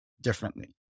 differently